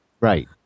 right